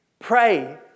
Pray